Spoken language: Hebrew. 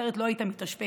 אחרת לא היית מתאשפז,